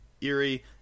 Erie